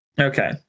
Okay